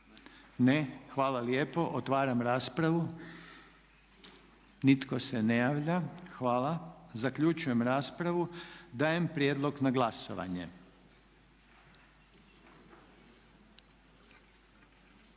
Ne. Hvala lijepo. Otvaram raspravu. Nitko se ne javlja. Hvala. Zaključujem raspravu. Dajem prijedlog na glasovanje.